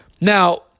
Now